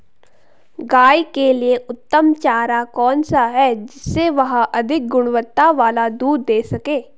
गाय के लिए उत्तम चारा कौन सा है जिससे वह अधिक गुणवत्ता वाला दूध दें सके?